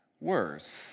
worse